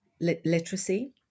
literacy